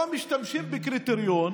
פה משתמשים בקריטריון